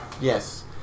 Yes